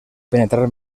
penetrar